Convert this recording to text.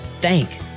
thank